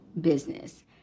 business